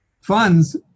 funds